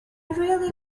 really